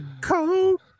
Cold